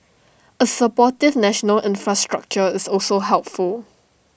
A supportive national infrastructure is also helpful